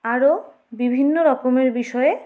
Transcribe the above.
আরও বিভিন্ন রকমের বিষয়ে